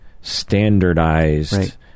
standardized